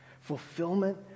fulfillment